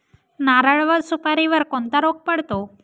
नारळ व सुपारीवर कोणता रोग पडतो?